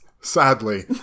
Sadly